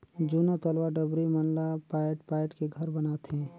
जूना तलवा डबरी मन ला पायट पायट के घर बनाथे